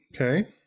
Okay